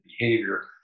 behavior